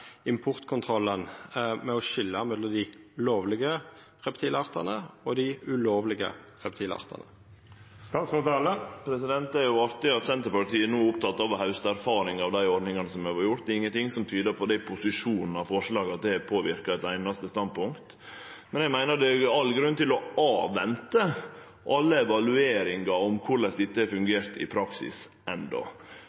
importkontrollen, med omsyn til å skilja mellom dei lovlege reptilartane og dei ulovlege reptilartane? Det er jo artig at Senterpartiet no er oppteke av å hauste erfaring av dei ordningane som ein har hatt. Det er ingenting som tyder på at deira forslag er i posisjon til å påverka eit einaste standpunkt. Men eg meiner det er all grunn til å vente på alle evalueringar av korleis dette har